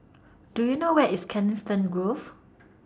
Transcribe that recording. Do YOU know Where IS Coniston Grove